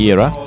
Era